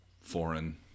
foreign